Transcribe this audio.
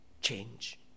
change